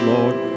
Lord